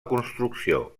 construcció